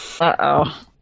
Uh-oh